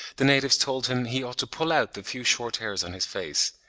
the natives told him he ought to pull out the few short hairs on his face.